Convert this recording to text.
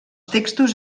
textos